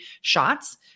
shots